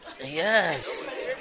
Yes